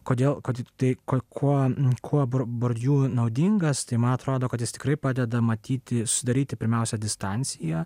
kodėl kad tai kuo kuo bor bordiu naudingas tai man atrodo kad jis tikrai padeda matyti susidaryti pirmiausia distanciją